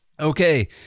Okay